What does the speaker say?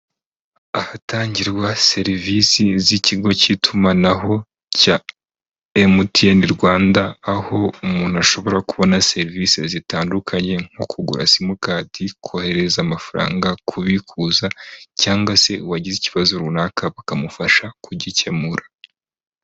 Ahatangirwa serivisi z'ikigo cy'itumanaho cya emutiyeni Rwanda aho umuntu ashobora kubona serivisi zitandukanye, nko kugura simukadi kohereza amafaranga, kubikuza cyangwa se uwagize ikibazo runaka bakamufasha kugikemura.